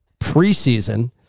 preseason